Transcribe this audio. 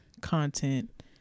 content